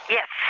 Yes